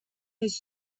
his